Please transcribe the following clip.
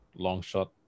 Longshot